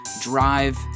drive